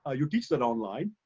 ah you teach it online.